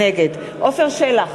נגד עפר שלח,